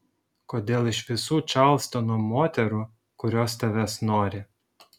kodėl iš visų čarlstono moterų kurios tavęs nori